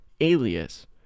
alias